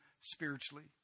spiritually